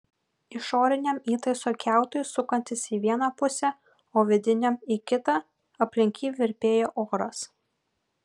išoriniam įtaiso kiautui sukantis į vieną pusę o vidiniam į kitą aplink jį virpėjo oras